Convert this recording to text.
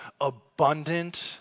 abundant